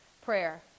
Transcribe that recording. prayer